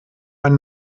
ein